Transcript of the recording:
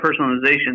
personalization